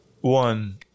One